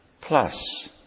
plus